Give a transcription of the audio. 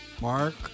Mark